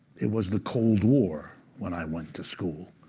it was the cold war when i went to school.